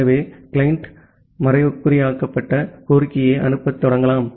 எனவே கிளையன்ட் மறைகுறியாக்கப்பட்ட கோரிக்கையை அனுப்பத் தொடங்கலாம்